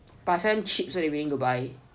but I sell them cheap so they willing to buy